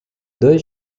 dois